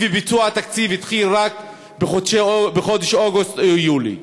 התקציב וביצוע התקציב התחיל רק בחודש אוגוסט או יולי.